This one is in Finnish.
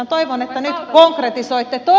toivon että nyt konkretisoitte